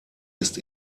ist